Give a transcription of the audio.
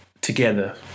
Together